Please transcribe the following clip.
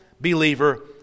believer